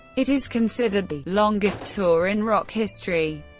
it is considered the longest tour in rock history.